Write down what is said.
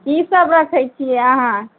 की सब रखय छियै अहाँ